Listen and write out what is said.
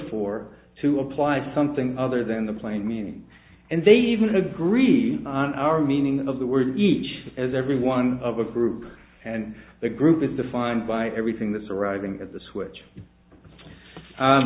for to apply something other than the plain meaning and they even agree on our meaning of the word each and every one of a group and the group is defined by everything that's arriving at the switch